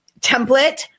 template